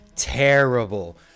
Terrible